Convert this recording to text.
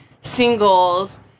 singles